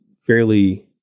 fairly